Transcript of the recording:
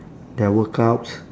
their workouts